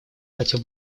хотел